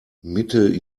mitte